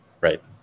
right